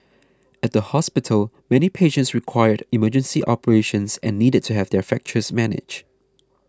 at the hospital many patients required emergency operations and needed to have their fractures managed